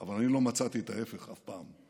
אבל אני לא מצאתי את ההפך אף פעם.